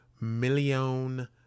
million